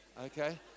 okay